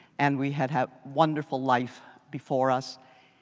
and we had had wonderful life before us.